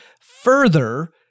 further